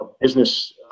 business